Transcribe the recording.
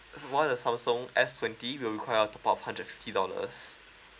while the Samsung S twenty will require top up hundred fifty dollars